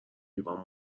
ایران